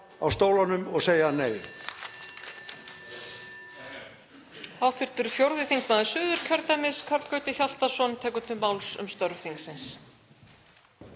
á stólunum og segja nei?